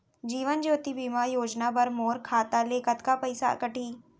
जीवन ज्योति बीमा योजना बर मोर खाता ले कतका पइसा कटही?